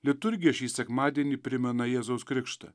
liturgija šį sekmadienį primena jėzaus krikštą